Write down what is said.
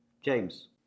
James